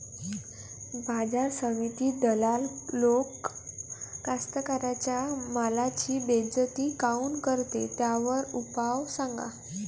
बाजार समितीत दलाल लोक कास्ताकाराच्या मालाची बेइज्जती काऊन करते? त्याच्यावर उपाव सांगा